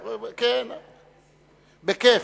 בכיף.